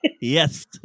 yes